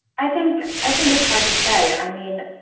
i think i think it's hard to say. i mean,